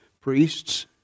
priests